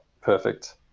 perfect